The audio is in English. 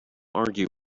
argue